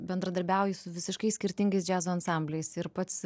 bendradarbiauji su visiškai skirtingais džiazo ansambliais ir pats